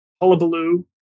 hullabaloo